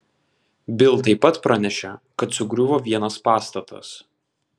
bild taip pat pranešė kad sugriuvo vienas pastatas